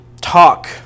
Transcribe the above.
talk